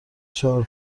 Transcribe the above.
چهار